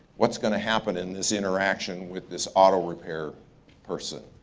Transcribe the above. what's gonna happen in this interaction with this auto repair person.